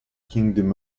kingdom